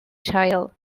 child